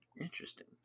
Interesting